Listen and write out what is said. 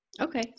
okay